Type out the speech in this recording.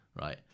Right